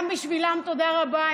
גם בשבילן תודה רבה,